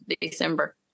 December